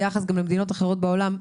גם ביחס למדינות אחרות בעולם,